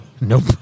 Nope